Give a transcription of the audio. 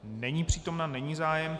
Není přítomna, není zájem.